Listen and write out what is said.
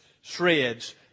shreds